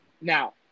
Now